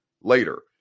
later